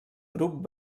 grup